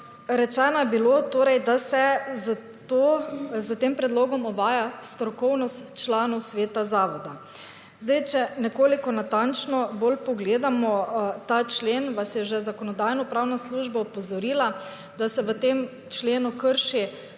Rečeno je bilo torej, da se s tem predlogom uvaja strokovnost članov sveta zavoda. Če nekoliko natančno bolj pogledamo ta člen, vas je že Zakonodajno-pravna služba opozorila, da se v tem členu krši